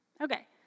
okay